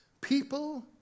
People